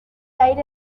aire